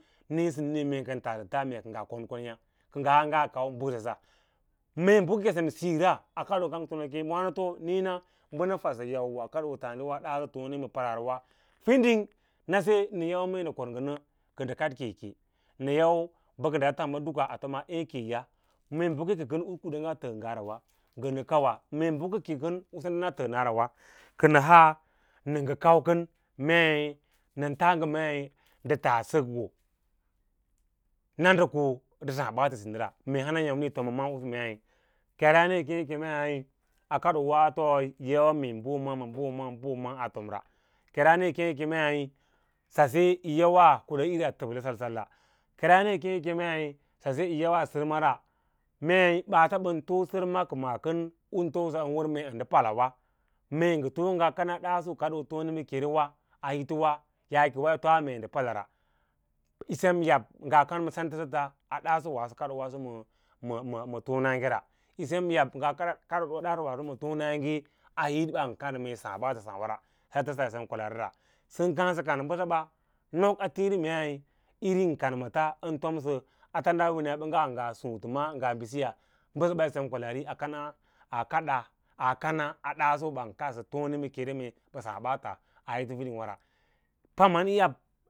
Nǐǐnǐǐ me ngə n taasa me kə kə ngə haa ngas kau bəs əsa mee bəka-sem siyora, kadoo kam kənə kem nǐǐna bə nə fadsə yawa a kaɗoo tone ma paraarawa, waso fiding nən yau mee nə kon ngə nə kə ndə kaɗ keke nən yau bə kə daa tomba duka ndə tome ẽ keya mee bəkəkekən u kuda nga təə ngera wa ngə nə kawa, mee bəkəke kəu u sen dena təənara wa kənə haa nə ngə kau kən mee nən tas ngə ma ndə tas səkoo na noo ko ndə saã ɓaatə hindira mee hana yaãmmi yi tom ma ma’a’ usu mei kerane yi kěě yikemei kadoo waatoiydyawa mee a tom sa, kerama yikeẽ yo kemei sase yi yawa kuɗa ꞌira a təblə sal sak kerasne yi keẽ yi kuneí sase yiyawa sər ma ra mei baats bən too sərma kəma kən un toosə awər mee ndə palaswa mee ngə too pə ngaa kana daaso tone ma kerewaa yaakema yí too me ndə pala ra yosan yab nga kan sents səta a daaso kadoo wasso ma tone m, yi sem yab ngaa kana daaso ma tanagu a hit ban kadsə mee sǎǎ baatə laã wara yi senm kwalaari ra sən kaã sə kam bəsəba nok a tiĩri meí arin kan mətas ən tomsə a tanda a win a bəm leani gab suutuma ngaa bí síya bəsəba sum kwalaari a kana a kada a kanaa adabo ban kadsə tone ma kene bə u o baata hito fiding wara paman yab.